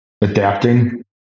Adapting